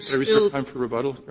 reserve time for rebuttal,